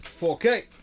4k